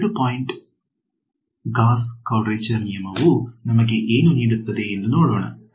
2 point Gauss quadrature ನಿಯಮವು ನಮಗೆ ಏನು ನೀಡುತ್ತದೆ ಎಂದು ನೋಡೋಣ